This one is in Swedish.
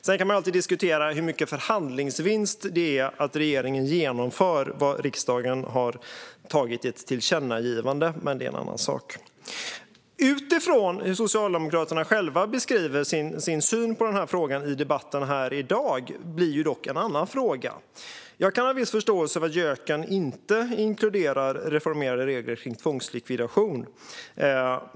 Sedan kan man alltid diskutera hur mycket förhandlingsvinst det är att regeringen genomför vad riksdagen har gjort ett tillkännagivande om, men det är en annan sak. Hur Socialdemokraterna beskriver sin syn på detta i debatten i dag leder dock till en annan fråga, som är det andra skälet till att jag tog replik på Ola Johansson. Jag kan ha viss förståelse för att JÖK inte inkluderar reformerade regler om tvångslikvidation.